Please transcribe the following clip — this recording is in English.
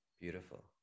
Beautiful